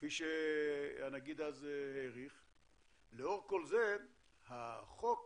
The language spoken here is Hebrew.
כפי שהנגיד העריך אז, לאור כל זה, החוק